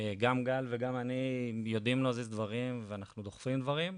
גם גל וגם אני יודעים להזיז דברים ואנחנו דוחפים דברים,